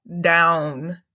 down